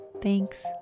Thanks